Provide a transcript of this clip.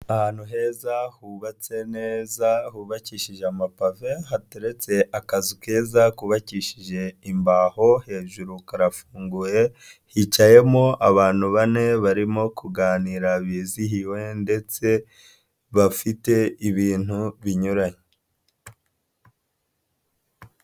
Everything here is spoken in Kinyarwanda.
Ahantu heza, hubatse neza, hubakishije amapave, hateretse akazu keza kubakishije imbaho, hejuru karafunguye, hicayemo abantu bane barimo kuganira bizihiwe ndetse bafite ibintu binyuranye.